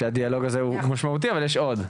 הדיאלוג הזה הוא משמעותי, אבל יש עוד.